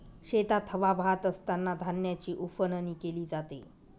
शेतात हवा वाहत असतांना धान्याची उफणणी केली जाते